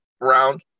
round